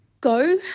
go